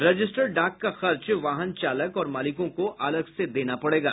registered डाक का खर्च वाहन चालक और मालिकों को अलग से देना पड़ेगा